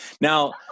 Now